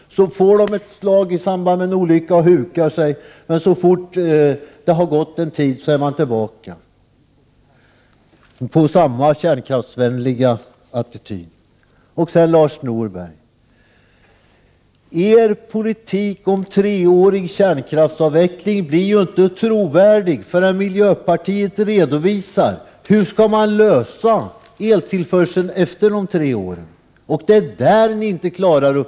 De får ett slag i samband med en olycka och hukar sig men är tillbaka till samma kärnkraftsvänliga attityd igen när det har gått en tid. Lars Norberg, er politik som innebär en treårig kärnkraftsavveckling blir ju inte trovärdig förrän miljöpartiet redovisar hur man skall lösa problemet med eltillförseln efter dessa tre år. Denna uppgift klarar inte miljöpartiet.